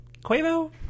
Quavo